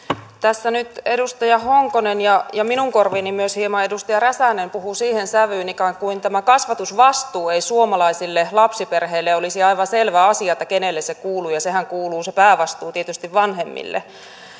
tässä nyt edustaja honkonen ja minun korviini myös hieman edustaja räsänen puhuivat siihen sävyyn ikään kuin tämä kasvatusvastuu ei suomalaisille lapsiperheille olisi aivan selvä asia kenelle se kuuluu ja sehän kuuluu se päävastuu tietysti vanhemmille